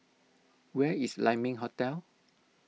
where is Lai Ming Hotel